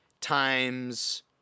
times